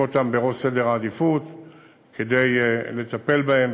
אותם בראש סדר העדיפויות כדי לטפל בהם,